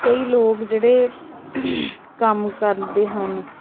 ਕਈ ਲੋਕ ਜਿਹੜੇ ਕੰਮ ਕਰਦੇ ਹਨ